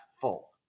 full